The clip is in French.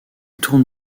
tourne